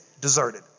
deserted